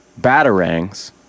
Batarangs